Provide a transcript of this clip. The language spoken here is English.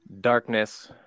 Darkness